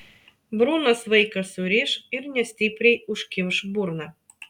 brunas vaiką suriš ir nestipriai užkimš burną